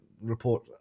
report